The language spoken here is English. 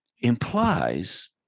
implies